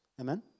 Amen